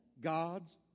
God's